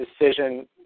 decision